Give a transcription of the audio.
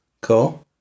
Cool